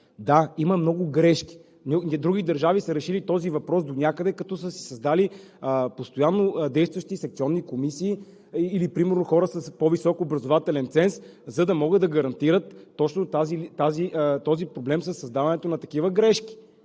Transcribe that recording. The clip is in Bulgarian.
да, има много грешки. Други държави са решили този въпрос донякъде, като са си създали постоянно действащи секционни комисии или примерно хора с по-висок образователен ценз, за да могат да гарантират точно този проблем със създаването на такива грешки.